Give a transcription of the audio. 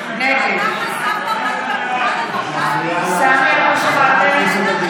להם להסתובב, לחשוף אותנו, (קוראת בשם חבר הכנסת)